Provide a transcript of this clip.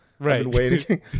right